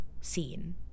seen